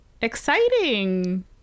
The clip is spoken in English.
exciting